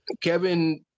Kevin